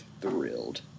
thrilled